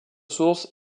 sources